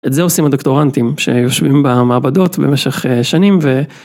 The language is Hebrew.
את זה עושים הדוקטורנטים שיושבים במעבדות במשך שנים ו...